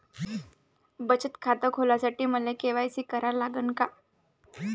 बचत खात खोलासाठी मले के.वाय.सी करा लागन का?